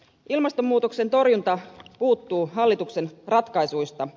ilmastonmuutoksen torjunta puuttuu hallituksen ratkaisuista